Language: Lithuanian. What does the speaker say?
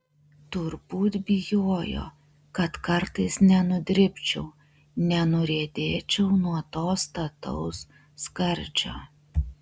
turbūt bijojo kad kartais nenudribčiau nenuriedėčiau nuo to stataus skardžio